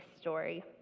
story